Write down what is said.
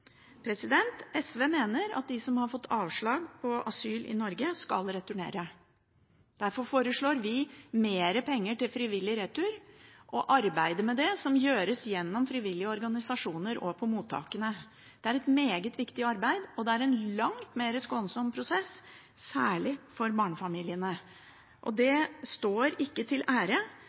SV mener at de som har fått avslag på asyl i Norge, skal returnere. Derfor foreslår vi mer penger til frivillig retur og til arbeidet med det som gjøres gjennom frivillige organisasjoner og på mottakene, et meget viktig arbeid. Det er en langt mer skånsom prosess, særlig for barnefamiliene, og det står ikke til ære